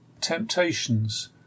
temptations